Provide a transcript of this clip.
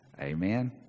Amen